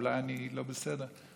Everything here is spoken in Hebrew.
אולי אני לא בסדר.